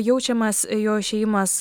jaučiamas jo išėjimas